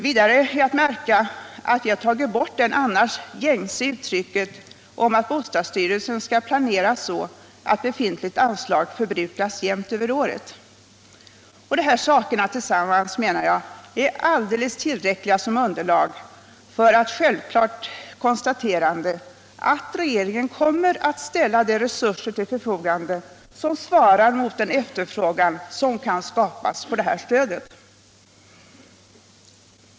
Vidare är att märka att vi har tagit bort det annars gängse uttrycket att bostadsstyrelsen skall planera så att befintliga anslag förbrukas jämnt över året. De här sakerna tillsammans menar jag är alldeles tillräckliga som underlag för ett självklart konstaterande, att regeringen kommer att ställa de resurser till förfogande som svarar emot den efterfrågan som kan skapas för det här stödet.